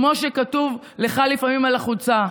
כמו שכתוב לך לפעמים על החולצה,